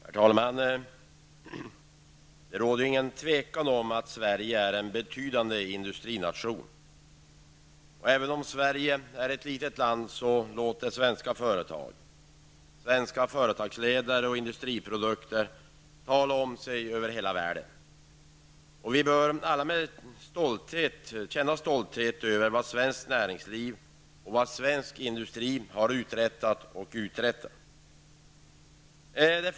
Herr talman! Det råder inget tvivel om att Sverige är en betydande industrination. Även om Sverige är ett litet land låter svenska företag, svenska företagsledare och svenska industriprodukter tala om sig över hela världen. Alla bör vi vara stolta över vad svenskt näringsliv och svensk industri har uträttat och uträttar.